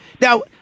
Now